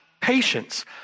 patience